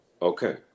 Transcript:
Okay